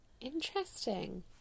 Interesting